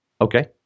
Okay